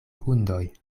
hundoj